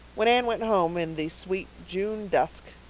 when anne went home in the sweet june dusk,